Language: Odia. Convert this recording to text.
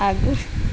ଆଗେ